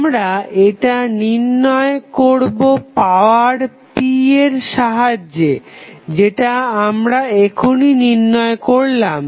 আমরা এটা নির্ণয় করবো পাওয়ার p এর সাহায্যে যেটা আমরা এখুনি নির্ণয় করলাম